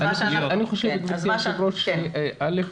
אני חושב, גבירתי היו"ר, א.